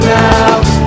now